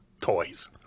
toys